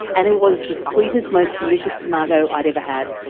and it was the sweetest most delicious tomato i had ever had.